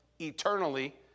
eternally